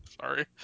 Sorry